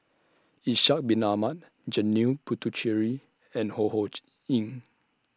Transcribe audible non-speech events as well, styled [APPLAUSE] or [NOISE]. Ishak Bin Ahmad Janil Puthucheary and Ho Ho [UNINTELLIGIBLE] Ying